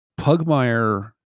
Pugmire